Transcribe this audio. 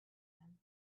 them